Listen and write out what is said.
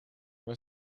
mijn